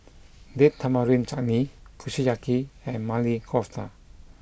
Date Tamarind Chutney Kushiyaki and Maili Kofta